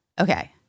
Okay